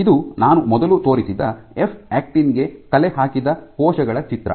ಇದು ನಾನು ಮೊದಲು ತೋರಿಸಿದ ಎಫ್ ಆಕ್ಟಿನ್ ಗೆ ಕಲೆ ಹಾಕಿದ ಕೋಶಗಳ ಚಿತ್ರ